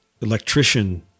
electrician